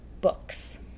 books